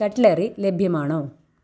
cutlery ലഭ്യമാണോ